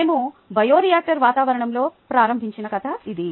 మేము బయోరియాక్టర్ వాతావరణంలో ప్రారంభించిన కథ అది